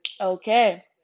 Okay